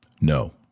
no